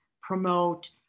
promote